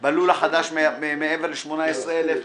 בלול החדש מעבר ל-18,000 מטילות,